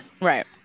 Right